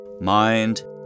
mind